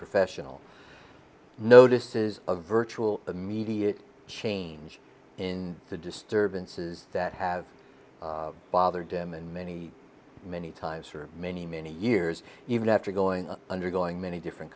professional notices a virtual immediate change in the disturbances that have bothered him and many many times for many many years even after going undergoing many different